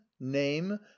name